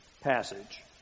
passage